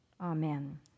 Amen